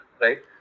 right